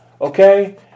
okay